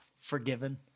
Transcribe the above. forgiven